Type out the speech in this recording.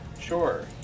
Sure